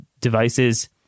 devices